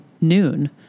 noon